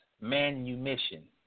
manumission